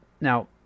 Now